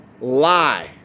lie